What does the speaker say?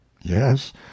Yes